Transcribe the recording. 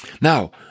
Now